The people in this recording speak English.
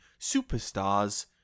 superstars